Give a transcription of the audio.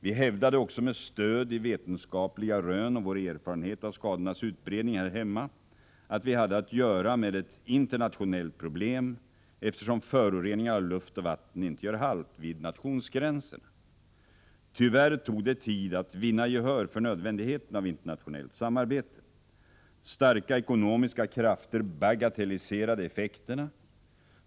Vi hävdade också med stöd i vetenskapliga rön och vår erfarenhet av skadornas utbredning här hemma att vi hade att göra med ett internationellt problem, eftersom föroreningar av luft och vatten inte gör halt vid nationsgränserna. Tyvärr tog det tid att vinna gehör för nödvändigheten av internationellt samarbete. Starka ekonomiska krafter bagatelliserade effekterna.